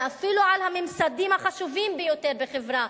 ואפילו על הממסדים החשובים ביותר בחברה,